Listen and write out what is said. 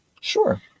Sure